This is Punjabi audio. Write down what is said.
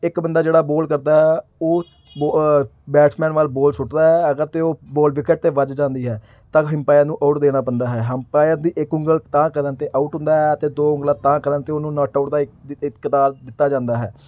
ਇੱਕ ਬੰਦਾ ਜਿਹੜਾ ਬੋਲ ਕਰਦਾ ਓ ਬੋ ਅ ਬੈਟਸਮੈਨ ਵੱਲ ਬੋਲ ਸੁੱਟਦਾ ਹੈ ਅਗਰ ਤਾਂ ਉਹ ਬੋਲ ਵਿਕਟ 'ਤੇ ਵੱਜ ਜਾਂਦੀ ਹੈ ਤਾਂ ਹਿੰਪਾਇਰ ਨੂੰ ਆਊਟ ਦੇਣਾ ਪੈਂਦਾ ਹੈ ਹੰਪਾਇਰ ਦੀ ਇੱਕ ਉਗਲ ਉਤਾਂਹ ਕਰਨ 'ਤੇ ਆਊਟ ਹੁੰਦਾ ਹੈ ਅਤੇ ਦੋ ਉਗਲਾਂ ਉਤਾਂਹ ਕਰਨ 'ਤੇ ਉਹਨੂੰ ਨੋਟ ਆਊਟ ਦਾ ਇਕ ਇਕ ਕਤਾਬ ਦਿੱਤਾ ਜਾਂਦਾ ਹੈ